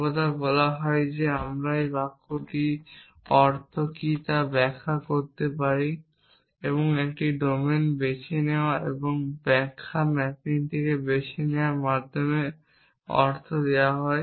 সর্বদা বলা হল যে আমরা বাক্যটির অর্থ কী তা ব্যাখ্যা করতে পারি এবং একটি ডোমেন বেছে নেওয়া এবং একটি ব্যাখ্যা ম্যাপিং বেছে নেওয়ার মাধ্যমে অর্থ দেওয়া হয়